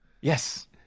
Yes